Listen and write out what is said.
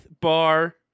Bar